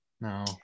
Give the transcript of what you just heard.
No